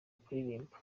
kuririmba